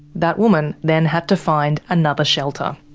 that woman then had to find another shelter.